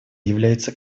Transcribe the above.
является